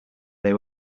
they